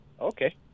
Okay